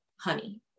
honey